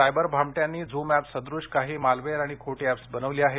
cyber भामट्यांनी Zoom app सदूश काही मालवेअर आणि खोटी एप्स बनवली आहेत